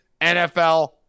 NFL